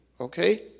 Okay